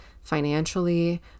financially